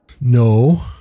No